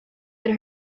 had